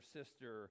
sister